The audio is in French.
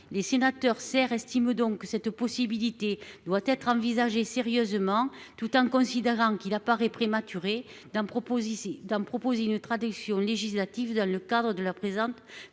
Les sénateurs serre estime donc que cette possibilité doit être envisagée sérieusement. Tout en considérant qu'il a pas re-prématuré d'un propose ici d'un, proposer une traduction législative dans le cadre de leur présente PPL